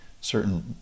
certain